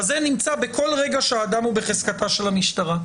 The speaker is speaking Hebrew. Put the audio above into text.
זה נמצא בכל רגע שהאדם הוא בחזקתה של המשטרה.